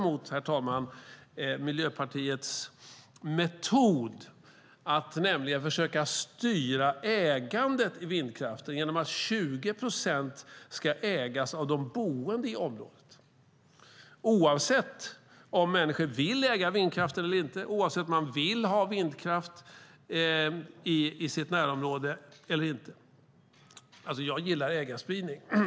Men, herr talman, Miljöpartiets metod är att försöka styra ägandet i vindkraften genom att 20 procent ska ägas av de boende i området - oavsett om människor vill äga vindkraft eller inte och oavsett om de vill ha vindkraft i sitt närområde eller inte. Jag gillar ägarspridning.